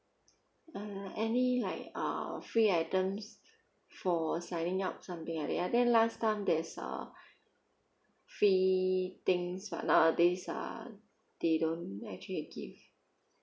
uh any like uh free items for signing up something like that I think last time there's uh free things but nowadays uh they don't actually give